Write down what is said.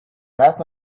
left